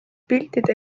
piltide